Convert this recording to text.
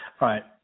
right